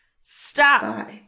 Stop